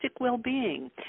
well-being